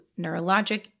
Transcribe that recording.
neurologic